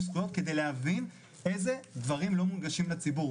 זכויות ולהבין איזה דברים לא מונגשים לציבור.